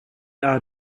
are